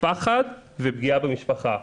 פחד ופגיעה במשפחה.